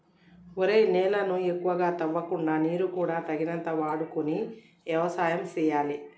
ఒరేయ్ నేలను ఎక్కువగా తవ్వకుండా నీరు కూడా తగినంత వాడుకొని యవసాయం సేయాలి